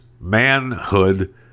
manhood